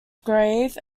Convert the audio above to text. grave